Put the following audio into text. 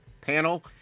panel